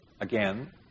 Again